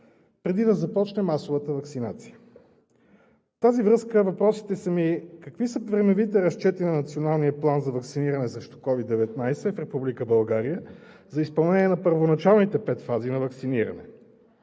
преди да започне масовата ваксинация. В тази връзка въпросите са ми: какви са времевите разчети на Националния план за ваксиниране срещу COVID-19 в Република България за изпълнение на първоначалните пет фази на ваксиниране;